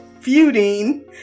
feuding